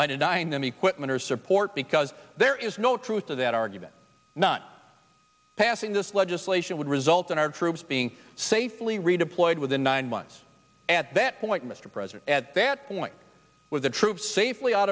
by denying them equipment or support because there is no truth to that argument not passing this legislation would result in our troops being safely redeployed within nine months at that point mr president at that point with the troops safely out